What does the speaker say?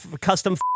custom